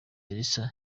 elsa